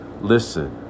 listen